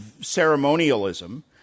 ceremonialism